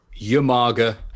Yamaga